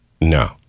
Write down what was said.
no